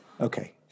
Okay